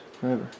forever